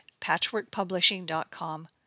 patchworkpublishing.com